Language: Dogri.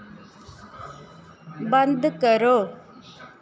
बंद करो